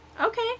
Okay